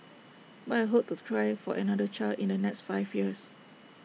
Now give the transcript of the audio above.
but I hope to try for another child in the next five years